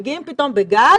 מגיעים פתאום בגל,